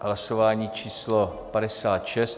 Hlasování číslo 56.